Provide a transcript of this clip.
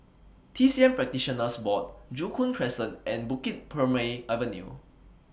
T C M Practitioners Board Joo Koon Crescent and Bukit Purmei Avenue